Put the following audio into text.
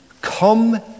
Come